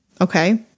Okay